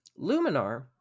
Luminar